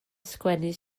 sgwennu